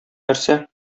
нәрсә